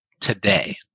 today